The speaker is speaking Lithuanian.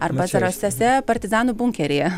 arba zarasuose partizanų bunkeryje